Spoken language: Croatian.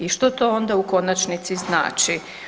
I što to onda u konačnici znači?